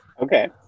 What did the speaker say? Okay